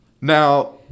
Now